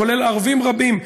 כולל ערבים רבים,